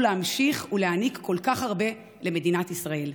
להמשיך ולהעניק כל כך הרבה למדינת ישראל.